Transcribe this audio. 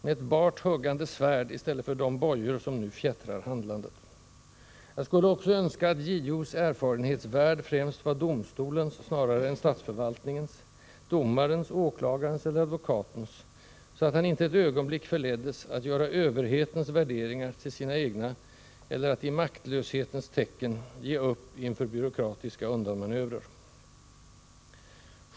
— med ett bart huggande svärd i stället för de bojor som nu fjättrar handlandet. Jag skulle också önska att JO:s erfarenhetsvärld främst vore domstolens snarare än statsförvaltningens — domarens, åklagarens eller advokatens — så att han inte ett ögonblick förleddes att göra överhetens värderingar till sina egna eller att i maktlöshetens tecken ge upp inför byråkratiska undanmanövrer.